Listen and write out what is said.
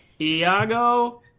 Iago